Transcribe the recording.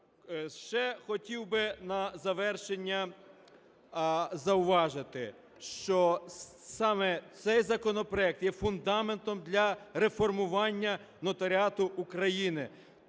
Ще хотів би на завершення зауважити, що саме цей законопроект є фундаментом для реформування нотаріату України.